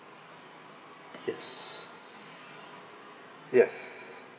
yes yes